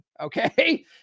Okay